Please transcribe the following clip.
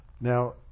Now